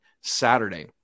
Saturday